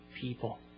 people